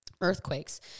earthquakes